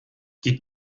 die